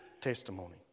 testimony